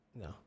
No